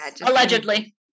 allegedly